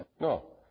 No